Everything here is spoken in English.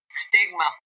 stigma